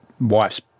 wife's